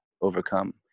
overcome